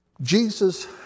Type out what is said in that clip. Jesus